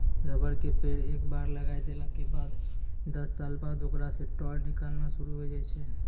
rubber के पेड़ एक बार लगाय देला के बाद दस साल बाद होकरा सॅ टार निकालना शुरू होय जाय छै